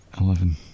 eleven